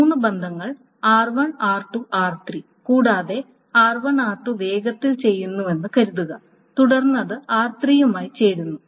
മൂന്ന് ബന്ധങ്ങൾ r1 r2 r3 കൂടാതെ r1 r2 വേഗത്തിൽ ചെയ്തുവെന്ന് കരുതുക തുടർന്ന് അത് r3 മായി ചേരുന്നു